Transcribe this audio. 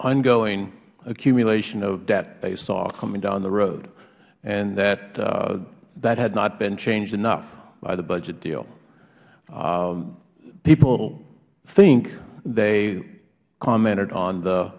ongoing accumulation of debt they saw coming down the road and that had not been changed enough by the budget deal people think they commented on the